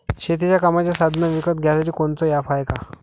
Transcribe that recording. शेतीच्या कामाचे साधनं विकत घ्यासाठी कोनतं ॲप हाये का?